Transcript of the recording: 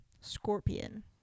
Scorpion